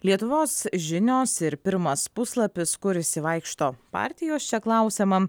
lietuvos žinios ir pirmas puslapis kur išsivaikšto partijos čia klausiama